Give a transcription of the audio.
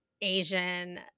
Asian